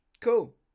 Cool